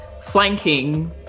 flanking